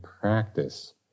practice